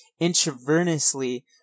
intravenously